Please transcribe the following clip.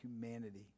humanity